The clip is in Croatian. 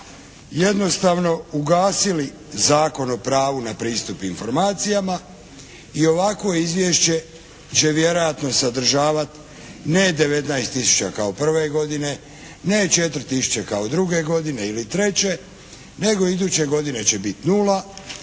jednostavno usaglasili Zakon o pravu na pristup informacijama i ovakvo izvješće će vjerojatno sadržavat ne 19 tisuća kao prve godine, ne 4 tisuće kao druge godine ili treće, nego iduće godine će biti nula,